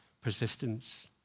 persistence